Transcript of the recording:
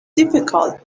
difficult